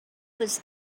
was